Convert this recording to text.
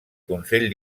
consell